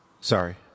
Sorry